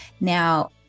Now